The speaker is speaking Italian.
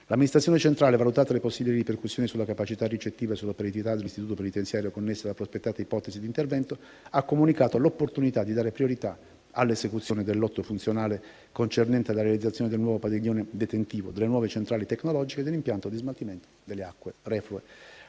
L'amministrazione centrale, valutate le possibili ripercussioni sulla capacità ricettiva e sull'operatività dell'istituto penitenziario, connesse alla prospettata ipotesi di intervento, ha comunicato l'opportunità di dare priorità all'esecuzione del lotto funzionale concernente la realizzazione del nuovo padiglione detentivo, delle nuove centrali tecnologiche e dell'impianto di smaltimento delle acque reflue.